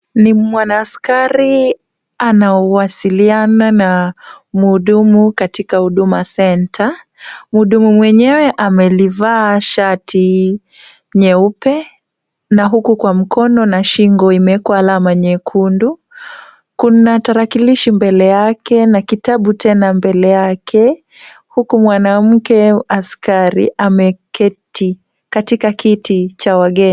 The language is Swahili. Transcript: Ni mwana askari anawasiliana na mhudumu katika Huduma Centre. Mhudumu mwenyewe amelivaa shati nyeupe na huku kwa mkono na shingo imewekwa alama nyekundu. Kuna tarakilishi mbele yake na kitabu tena mbele yake huku mwanamke askari ameketi katika kiti cha wageni.